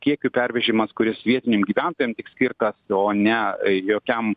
kiekių pervežimas kuris vietiniem gyventojam tik skirtas o ne jokiam